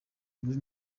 muri